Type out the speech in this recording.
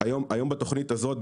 היום בתכנית הזאת,